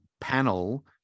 panel